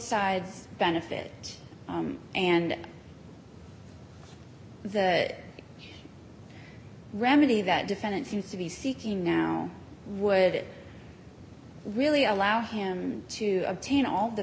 sides benefit and the remedy that defendant seems to be seeking now would it really allow him to obtain all the